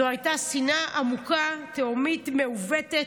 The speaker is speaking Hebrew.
זו הייתה שנאה עמוקה, תהומית, מעוותת,